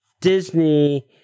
Disney